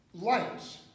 lights